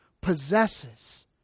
possesses